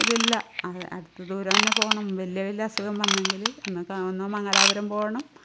ഇതില്ല അടുത്ത് ദൂരം തന്നെ പോകണം വലിയ വലിയ അസുഖം വന്നെങ്കിൽ ഒന്ന് മംഗലാപുരം പോകണം